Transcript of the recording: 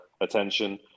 attention